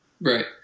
right